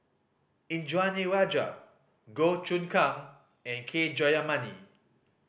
Indranee Rajah Goh Choon Kang and K Jayamani